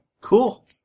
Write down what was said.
cool